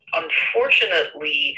unfortunately